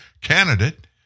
candidate